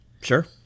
Sure